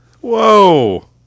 Whoa